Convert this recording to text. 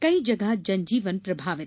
कई जगह जनजीवन प्रभावित